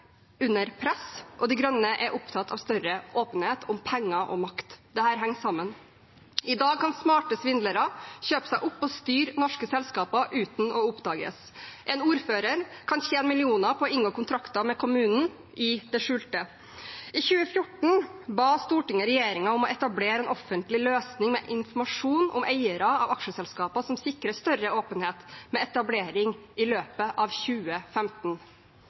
under press, og Miljøpartiet De Grønne er opptatt av større åpenhet om penger og makt. Dette henger sammen. I dag kan smarte svindlere kjøpe seg opp og styre norske selskaper uten å oppdages. En ordfører kan tjene millioner på å inngå kontrakter med kommunen i det skjulte. I 2014 ba Stortinget regjeringen om å «etablere en offentlig løsning med informasjon om eiere av aksjeselskaper som sikrer større åpenhet, med etablering i løpet av 2015»